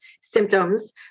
symptoms